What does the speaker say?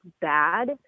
bad